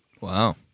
Wow